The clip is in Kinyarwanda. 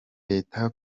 leta